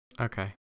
okay